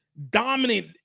dominant